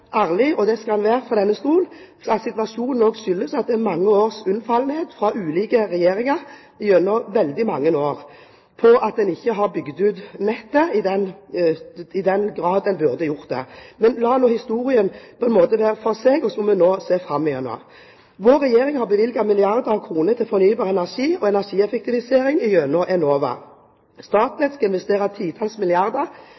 ærlig, og det skal en være fra denne stol, skyldes situasjonen også mange års unnfallenhet fra ulike regjeringer gjennom veldig mange år ved at en ikke har bygd ut nettet i den grad en burde gjort. Men la nå historien tale for seg, og så får vi nå se framover. Vår regjering har bevilget milliarder av kroner til fornybar energi og energieffektivisering gjennom Enova.